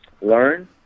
learn